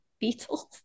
Beetles